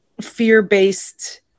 fear-based